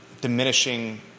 diminishing